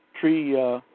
tree